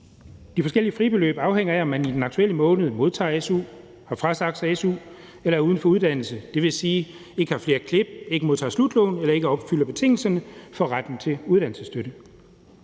De forskellige fribeløb afhænger af, om man i den aktuelle måned modtager su, har frasagt sig su eller er uden for uddannelse, dvs. ikke har flere klip, ikke modtager slutlån eller ikke opfylder betingelserne for retten til uddannelsesstøtte.